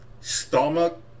stomach